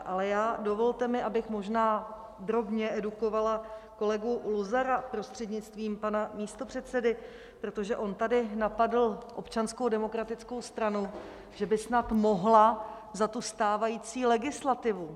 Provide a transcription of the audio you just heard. Ale dovolte mi, abych možná drobně edukovala kolegu Luzara prostřednictvím pana místopředsedy, protože on tady napadl Občanskou demokratickou stranu, že by snad mohla za tu stávající legislativu.